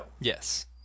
Yes